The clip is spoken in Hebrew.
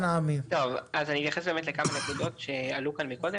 אני אתייחס לכמה נקודות שעלו כאן קודם.